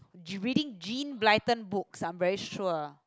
you reading Jean-Blyton books I'm sure